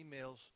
emails